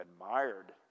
admired